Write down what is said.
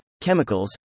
chemicals